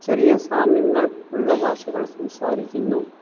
ചെറിയ സാമ്യങ്ങൾ ഉള്ള ഭാഷകൾ സംസാരിക്കുന്നു